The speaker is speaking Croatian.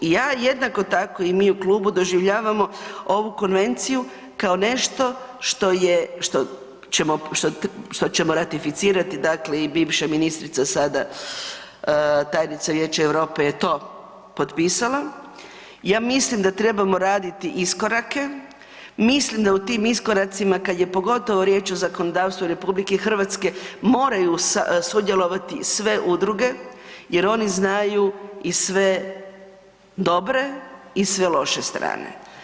Ja jednako i mi u klubu doživljavamo ovu konvenciju kao nešto što ćemo ratificirati, dakle i bivša ministra, sada tajnica Vijeća Europe je to potpisala, ja mislim da trebamo raditi iskorake, mislim da u tim iskoracima kad je pogotovo riječ o zakonodavstvu RH moraju sudjelovati sve udruge jer oni znaju i sve dobre i sve loše strane.